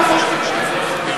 הכנסת.